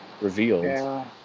revealed